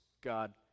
God